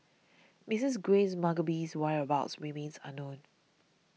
Mrs Grace Mugabe's whereabouts remains unknown